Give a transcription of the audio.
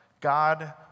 God